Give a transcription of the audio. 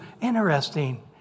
Interesting